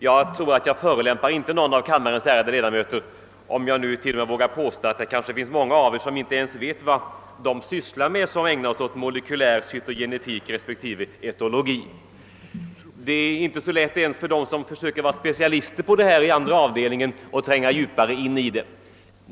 Jag tror inte att jag förolämpar riksdagens ärade ledamöter, om jag t.o.m. vågar påstå att många av dem inte ens vet vad de vetenskapsmän sysslar med som ägnar sig åt molekylär cytogenetik och etologi. Det är inte heller så lätt för dem som i andra avdelningen försökt vara specialister att tränga in i dessa spörsmål.